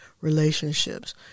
relationships